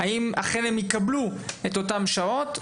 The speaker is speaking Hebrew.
ואם אכן הם יקבלו את אותן שעות?